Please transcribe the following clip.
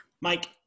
Mike